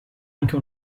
anche